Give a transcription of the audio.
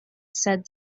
said